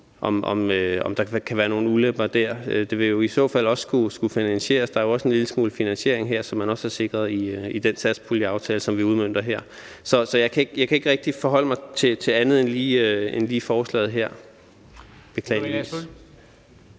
om der kan være nogle ulemper der. Det ville i så fald skulle finansieres. Der er jo også en lille smule finansiering her, som man er sikret i den satspuljeaftale, som vi udmønter her. Så jeg kan ikke rigtig forholde mig til andet end lige forslaget her, beklageligvis.